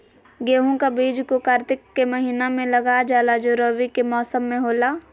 गेहूं का बीज को कार्तिक के महीना में लगा जाला जो रवि के मौसम में होला